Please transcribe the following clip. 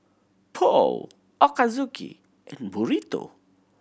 Pho Ochazuke and Burrito